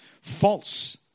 False